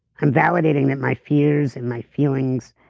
i'm validating that my fears and my feelings,